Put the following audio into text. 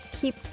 keep